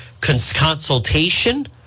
consultation